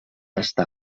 està